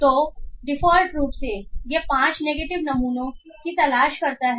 तो डिफ़ॉल्ट रूप से यह 5 नेगेटिव नमूनों की तलाश करता है